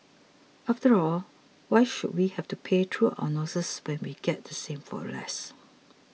after all why should we have to pay through our noses when we can get the same for less